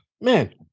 man